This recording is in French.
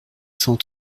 cent